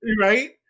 Right